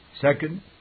Second